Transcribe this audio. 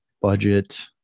budget